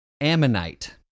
Ammonite